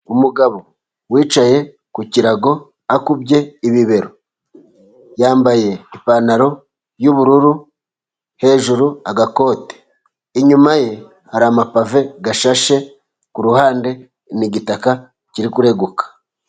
Umugabo wicaye ku kirago akubye ibibero. Yambaye ipantaro y'ubururu, hejuru agakote. Inyuma ye hari amapave ashashe, ku ruhande ni igitaka kiri kureguka.